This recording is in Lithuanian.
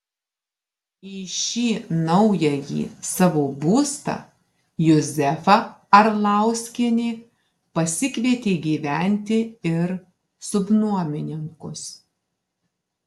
į šį naująjį savo būstą juzefa arlauskienė pasikvietė gyventi ir subnuomininkus